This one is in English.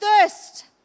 thirst